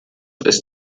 ist